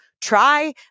try